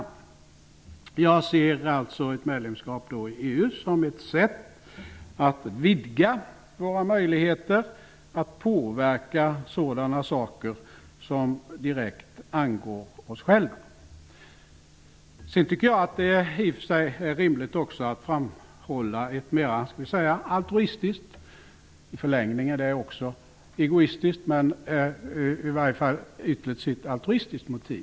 Jag ser alltså ett medlemskap i EU som ett sätt att vidga våra möjligheter att påverka sådana saker som direkt angår oss själva. Sedan tycker jag att det i och för sig är rimligt att också framhålla ett mera altruistiskt motiv. I förlängningen är det också egoistiskt, men i varje fall ytligt sett är det altruistiskt.